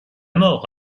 mort